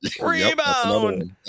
Rebound